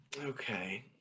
Okay